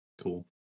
Cool